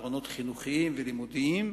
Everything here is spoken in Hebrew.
פתרונות חינוכיים ולימודיים,